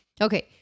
Okay